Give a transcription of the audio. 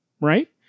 right